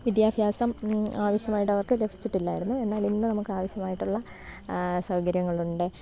വിദ്യാഭ്യാസം ആവശ്യമായിട്ട് അവർക്ക് ലഭിച്ചിട്ടില്ലായിരുന്നു എന്നാൽ ഇന്ന് നമുക്ക് ആവശ്യവായിട്ടുള്ള സൗകര്യങ്ങളുണ്ട്